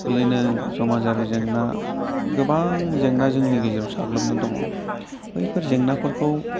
बिदिनो समाजारि जेंना गोबां जोंनि गेजेराव साग्लोबना दङ बैफोर जेंनाफोरखौ